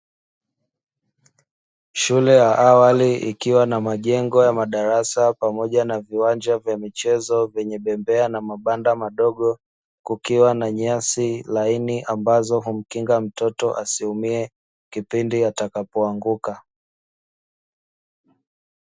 Shule ya awali ikiwa na majengo ya madarasa pamoja na viwanja vya michezo vyenye bembea na mabanda madogo, kukiwa na nyasi laini ambazo humkinga mtoto asiumie kipindi atakapoanguka.